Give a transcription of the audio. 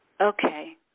Okay